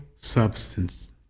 substance